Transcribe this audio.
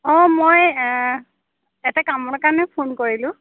অ মই এটা কামৰ কাৰণে ফোন কৰিলোঁ